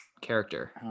character